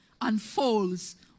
unfolds